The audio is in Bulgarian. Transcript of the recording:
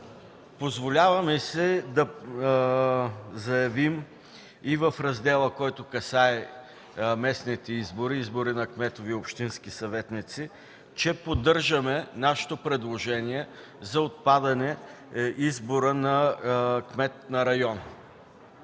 позволяваме си да заявим и в раздела, който касае местните избори – избори на кметове и на общински съветници, че поддържаме нашето предложение за отпадане избора на кмет на район.